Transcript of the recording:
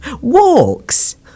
Walks